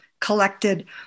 collected